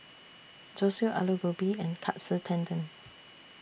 Zosui Alu Gobi and Katsu Tendon